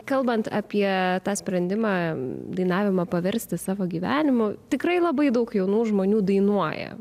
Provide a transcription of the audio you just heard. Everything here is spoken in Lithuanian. kalbant apie tą sprendimą dainavimą paversti savo gyvenimu tikrai labai daug jaunų žmonių dainuoja